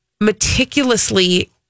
meticulously